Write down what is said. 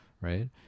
right